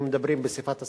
ומדברים בשפת הסימנים.